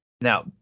Now